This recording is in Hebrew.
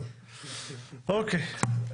טוב, אוקיי.